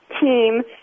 team